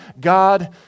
God